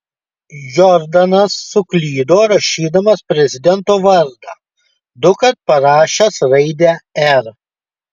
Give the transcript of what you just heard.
jordanas suklydo rašydamas prezidento vardą dukart parašęs raidę r